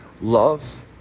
Love